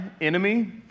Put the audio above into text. enemy